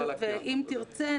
אם תרצה,